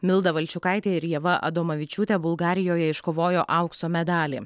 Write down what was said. milda valčiukaitė ir ieva adomavičiūtė bulgarijoje iškovojo aukso medalį